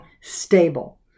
stable